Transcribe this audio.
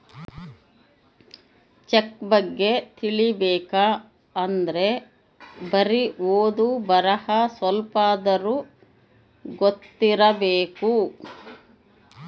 check ಬಗ್ಗೆ ತಿಲಿಬೇಕ್ ಅಂದ್ರೆ ಬರಿ ಓದು ಬರಹ ಸ್ವಲ್ಪಾದ್ರೂ ಗೊತ್ತಿರಬೇಕು